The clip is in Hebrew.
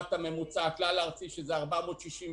לעומת הממוצע הכללי ארצי 464